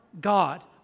God